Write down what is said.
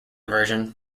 version